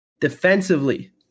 Defensively